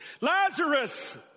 Lazarus